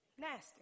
Nasty